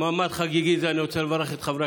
במעמד חגיגי זה אני רוצה לברך את חברי